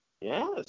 Yes